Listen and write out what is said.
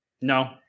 No